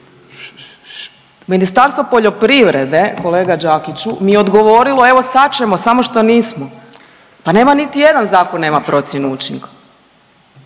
Ministarstvo poljoprivrede kolega Đakiću mi je odgovorilo evo sad ćemo samo što nismo, pa nema niti jedan zakon nema procjenu učinka.